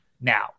now